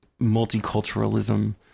multiculturalism